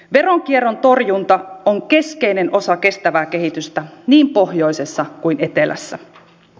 veronkierron torjunta on keskeinen osa kestävää kehitystä niin pohjoisessa kuin etelässä